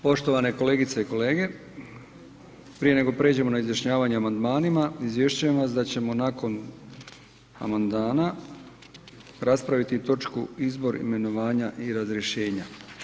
Poštovane kolegice i kolege, prije nego pređemo na izjašnjavanje o amandmanima, izvješćujem vas da ćemo nakon amandana raspraviti točku Izbor imenovanja i razrješenje.